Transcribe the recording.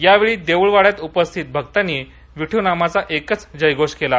या वेळी देऊळवाङ्यात उपस्थित भक्तांनी विठनामचा एकच जयघोष केला